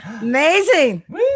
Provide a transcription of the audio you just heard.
Amazing